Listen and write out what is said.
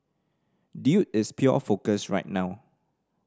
dude is pure focus right now